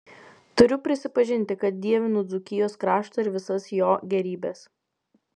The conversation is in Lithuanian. turiu prisipažinti kad dievinu dzūkijos kraštą ir visas jo gėrybes